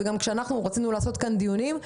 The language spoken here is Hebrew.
וכשאנחנו רצינו לעשות כאן דיונים,